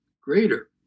greater